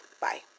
Bye